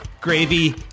gravy